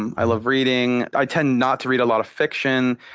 and i love reading. i tend not to read a lot of fiction.